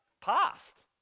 past